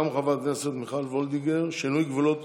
גם של חברת הכנסת מיכל וולדיגר: שינוי גבולות